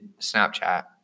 Snapchat